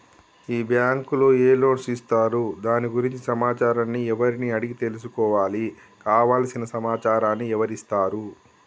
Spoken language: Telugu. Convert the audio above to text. ఈ బ్యాంకులో ఏ లోన్స్ ఇస్తారు దాని గురించి సమాచారాన్ని ఎవరిని అడిగి తెలుసుకోవాలి? కావలసిన సమాచారాన్ని ఎవరిస్తారు?